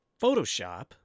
Photoshop